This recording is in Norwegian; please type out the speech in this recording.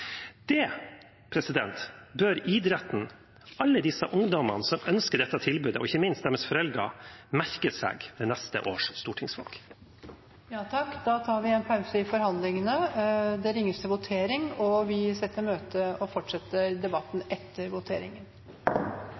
Det bør idretten og alle disse ungdommene som ønsker dette tilbudet, og ikke minst deres foreldre, merke seg ved neste års stortingsvalg. Vi avbryter debatten i sak nr. 8 for å gå til votering.